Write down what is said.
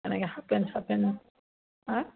এনেকৈ half pant চাফ পেণ্টো হাঁ